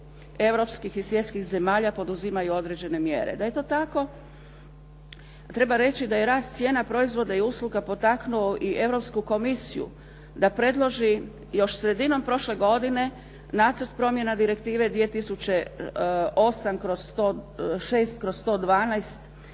europskih i svjetskih zemalja poduzimaju određene mjere. Da je to tako, treba reći da je rast cijena proizvoda i usluga potaknuo i Europsku komisiju da predloži još sredinom prošle godine nacrt promjena direktive 2008/106/112 kojom